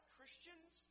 Christians